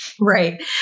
Right